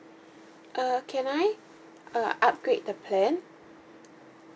uh can I uh upgrade the plan